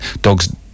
dogs